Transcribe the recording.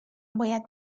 باید